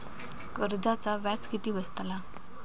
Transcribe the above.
कर्जाचा व्याज किती बसतला?